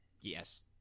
Yes